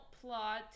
plot